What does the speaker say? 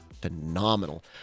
phenomenal